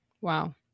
Wow